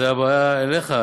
איזה יופי.